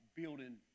building